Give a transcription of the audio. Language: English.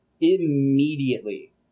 immediately